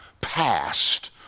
past